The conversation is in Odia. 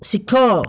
ଶିଖ